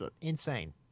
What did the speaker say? insane